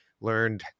learned